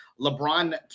LeBron